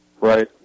Right